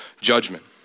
judgment